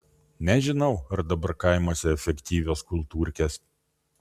nežinau ar dabar kaimuose efektyvios kultūrkės